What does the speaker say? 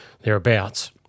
thereabouts